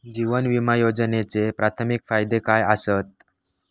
जीवन विमा योजनेचे प्राथमिक फायदे काय आसत?